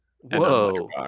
whoa